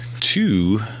two